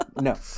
No